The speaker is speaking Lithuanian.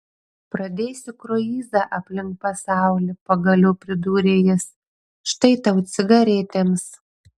pradėsiu kruizą aplink pasaulį pagaliau pridūrė jis štai tau cigaretėms